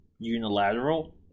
unilateral